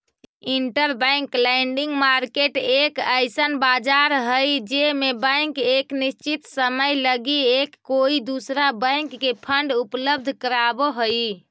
interbank lending market एक अइसन बाजार हई जे में बैंक एक निश्चित समय लगी एक कोई दूसरा बैंक के फंड उपलब्ध कराव हई